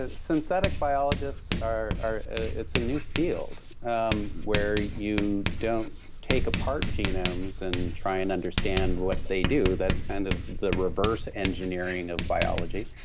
ah synthetic biologist, ah it's a new field um where you don't take apart genomes and try and understand what they do, that's kind of the reverse engineering of biology.